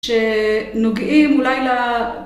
שנוגעים אולי ל...